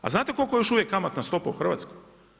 A znate koliko je još uvijek kamatna stopa u Hrvatskoj?